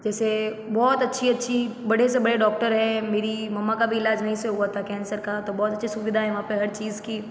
जैसे बहुत अच्छी अच्छी बड़े से बड़े डॉक्टर हैं मेरी मम्मी का भी इलाज वहीं से हुआ था कैंसर का तो बहुत अच्छी सुविधाएं है वहाँ पर हर चीज की